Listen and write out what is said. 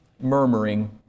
murmuring